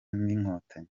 n’inkotanyi